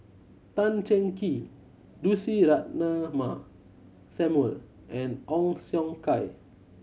Tan Cheng Kee Lucy Ratnammah Samuel and Ong Siong Kai